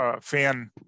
fan